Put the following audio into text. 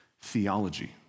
theology